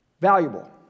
valuable